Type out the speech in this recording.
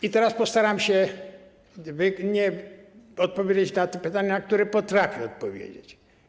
I teraz postaram się odpowiedzieć na te pytania, na które potrafię odpowiedzieć.